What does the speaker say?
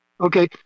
Okay